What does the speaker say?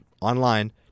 online